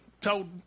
told